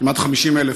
כמעט 50,000,